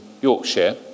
Yorkshire